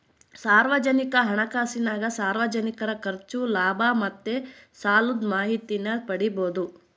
ಸಾರ್ವಜನಿಕ ಹಣಕಾಸಿನಾಗ ಸಾರ್ವಜನಿಕರ ಖರ್ಚು, ಲಾಭ ಮತ್ತೆ ಸಾಲುದ್ ಮಾಹಿತೀನ ಪಡೀಬೋದು